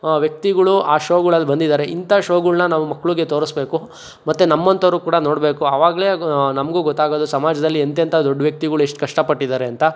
ವ್ಯಕ್ತಿಗಳು ಆ ಶೋಗಳಲ್ಲಿ ಬಂದಿದ್ದಾರೆ ಇಂಥ ಶೋಗಳ್ನ ನಾವು ಮಕ್ಳಿಗೆ ತೋರಿಸ್ಬೇಕು ಮತ್ತು ನಮ್ಮಂಥೋರು ಕೂಡ ನೋಡಬೇಕು ಅವಾಗಲೇ ನಮಗೂ ಗೊತ್ತಾಗೋದು ಸಮಾಜದಲ್ಲಿ ಎಂಥೆಂಥ ದೊಡ್ಡ ವ್ಯಕ್ತಿಗಳು ಎಷ್ಟು ಕಷ್ಟಪಟ್ಟಿದ್ದಾರೆ ಅಂತ